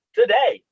today